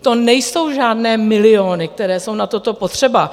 To nejsou žádné miliony, které jsou na toto potřeba.